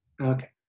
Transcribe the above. Okay